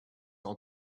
our